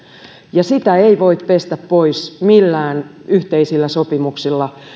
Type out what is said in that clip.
ja sitä ei voi pestä pois millään yhteisillä sopimuksilla